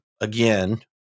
again